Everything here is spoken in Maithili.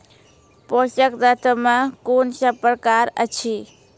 पोसक तत्व मे कून सब प्रकार अछि?